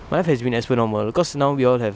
life has been as per normal because now we all have